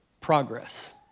progress